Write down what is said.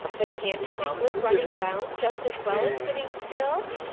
but can't you be good running round just as well as sitting still?